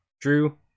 Drew